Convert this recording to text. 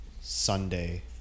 Sunday